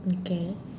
okay